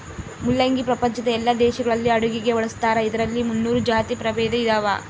ಮುಲ್ಲಂಗಿ ಪ್ರಪಂಚದ ಎಲ್ಲಾ ದೇಶಗಳಲ್ಲಿ ಅಡುಗೆಗೆ ಬಳಸ್ತಾರ ಇದರಲ್ಲಿ ಮುನ್ನೂರು ಜಾತಿ ಪ್ರಭೇದ ಇದಾವ